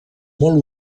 molt